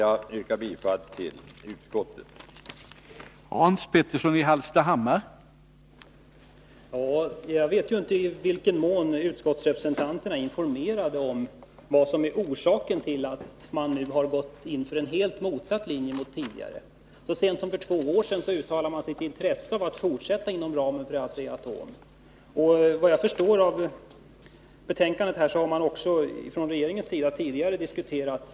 Jag yrkar bifall till utskottets hemställan.